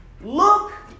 look